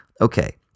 okay